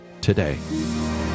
today